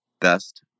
best